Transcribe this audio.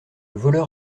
voleur